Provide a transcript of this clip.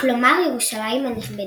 القدس الشريف, כלומר "ירושלים הנכבדת"